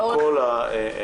מכל האירוע.